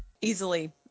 Easily